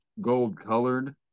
gold-colored